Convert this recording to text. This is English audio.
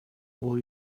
will